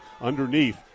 underneath